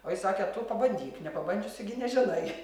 o jis sakė tu pabandyk nepabandžiusi gi nežinai